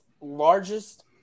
largest